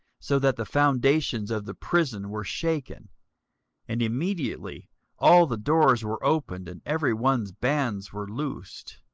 so that the foundations of the prison were shaken and immediately all the doors were opened, and every one's bands were loosed.